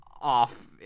off